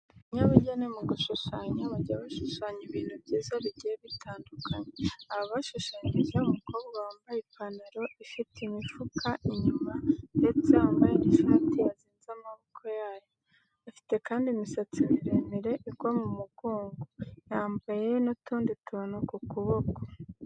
Abanyabugeni mu gushushanya bajya bashushanya ibintu byiza bigiye bitandukanye. Aha bashushanyije umukobwa wambaye ipantalo ifite imifuka inyuma ndetse wambaye n'ishati yazinze amaboko yayo. Afite kandi imisatsi miremire igwa mu mugongo yamabaye n'utundi tuntu ku kuboko.